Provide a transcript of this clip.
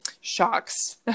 shocks